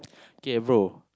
K bro